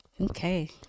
Okay